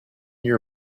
your